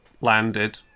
landed